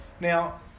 Now